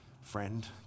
friend